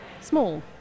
small